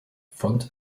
font